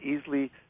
easily